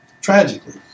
tragically